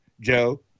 Joe